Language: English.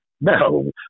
no